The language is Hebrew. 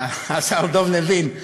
השר יריב לוין,